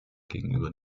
gegenüber